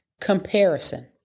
Comparison